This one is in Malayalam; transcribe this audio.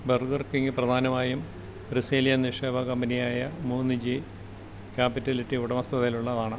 ബർഗർ കിംഗ് പ്രധാനമായും ബ്രസീലിയൻ നിക്ഷേപ കമ്പനിയായ മൂന്ന് ജി ക്യാപിറ്റലിറ്റി ഉടമസ്ഥതയിലുള്ളതാണ്